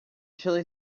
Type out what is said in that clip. chilli